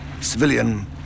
civilian